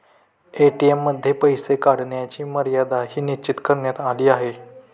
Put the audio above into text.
ATM मध्ये पैसे काढण्याची मर्यादाही निश्चित करण्यात आली आहे